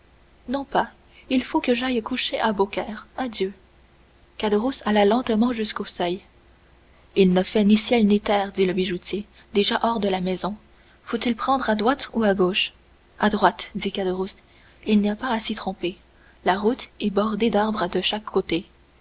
non pas il faut que j'aille coucher à beaucaire adieu caderousse alla lentement jusqu'au seuil il ne fait ni ciel ni terre dit le bijoutier déjà hors de la maison faut-il prendre à droite ou à gauche à droite dit caderousse il n'y a pas à s'y tromper la route est bordée d'arbres de chaque côté